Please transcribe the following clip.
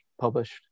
published